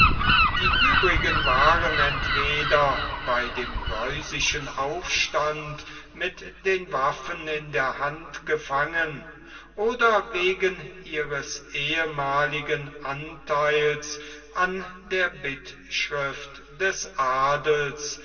die uebrigen waren entweder bei dem geusischen aufstande mit den waffen in der hand gefangen oder wegen ihres ehemaligen antheils an der bittschrift des adels